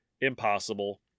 impossible